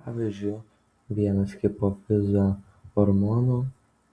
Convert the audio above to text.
pavyzdžiui vienas hipofizio hormonų